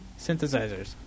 synthesizers